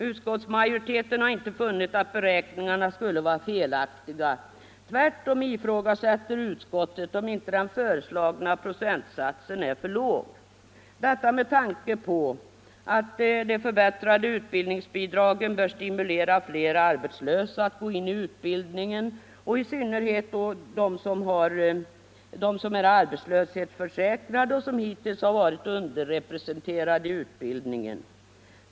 Utskottsmajoriteten har inte funnit att beräkningarna skulle vara felaktiga. Tvärtom ifrågasätter utskottet om inte den föreslagna procentsatsen är för låg, detta med tanke på att de förbättrade utbildningsbidragen bör stimulera fler arbetslösa att gå in i utbildningen, i synnerhet då de arbetslöshetsförsäkrade, som hittills har varit underrepresenterade i utbildningen.